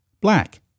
black